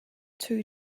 too